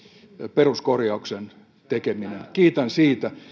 peruskorjauksen tekeminen kiitän siitä